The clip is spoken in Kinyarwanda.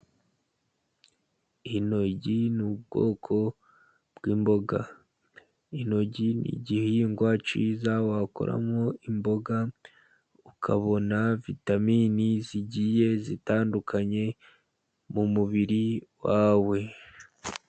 Intoryi ni ubwoko bw'imboga. Intoryi ni igihingwa cyiza wakoramo imboga, ukabona vitamini zigiye zitandukanye mu mubiri wawe.